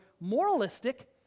moralistic